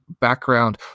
background